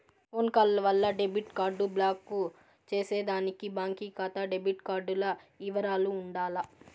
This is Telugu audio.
ఫోన్ కాల్ వల్ల డెబిట్ కార్డు బ్లాకు చేసేదానికి బాంకీ కాతా డెబిట్ కార్డుల ఇవరాలు ఉండాల